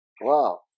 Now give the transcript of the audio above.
Wow